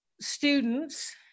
students